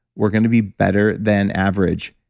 we're going to be better than average.